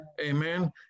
amen